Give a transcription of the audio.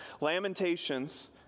Lamentations